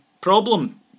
problem